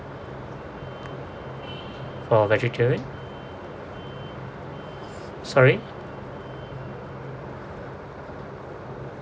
orh vegetarian sorry